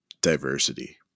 diversity